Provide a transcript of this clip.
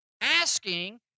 asking